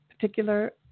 particular